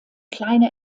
kleine